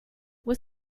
what